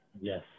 yes